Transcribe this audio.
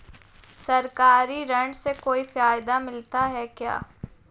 सरकारी ऋण से कोई फायदा मिलता है क्या?